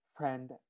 friend